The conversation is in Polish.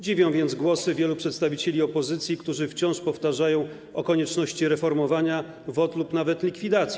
Dziwią więc głosy wielu przedstawicieli opozycji, którzy wciąż powtarzają o konieczności reformowania WOT lub nawet likwidacji.